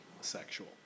sexual